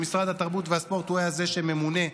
שמשרד התרבות והספורט הוא היה זה שממונה,